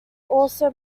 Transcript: also